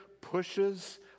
pushes